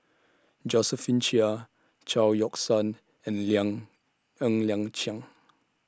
Josephine Chia Chao Yoke San and Liang Ng Liang Chiang